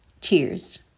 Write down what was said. Cheers